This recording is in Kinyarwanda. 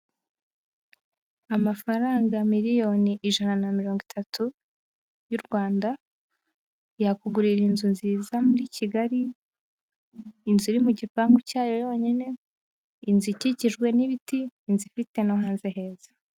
Amafaranga miliyoni ijana na mirongo itatu y'u Rwanda, yakugurira inzu nziza muri Kigali, inzu iri mu gipangu cyayo yonyine, inzu ikikijwe n'ibiti, inzu ifite no hanze heza.